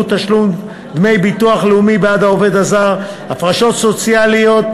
תשלום דמי ביטוח לאומי בעד העובד הזר והפרשות סוציאליות,